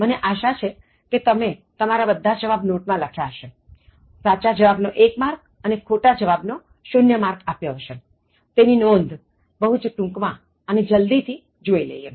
મને આશા છે કે તમે તમારા બધા જવાબ નોટ માં લખ્યા હશે અને સાચા જવાબનો એક માર્ક અને ખોટા જવાબ નો શુન્ય માર્ક આપ્યો હશેતેની નોંધ બહુ જ ટૂંક્મા અને જલ્દીથી જોઇ લઈએ